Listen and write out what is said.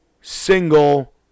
single